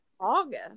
August